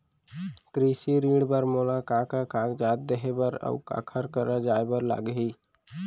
कृषि ऋण बर मोला का का कागजात देहे बर, अऊ काखर करा जाए बर लागही?